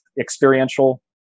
experiential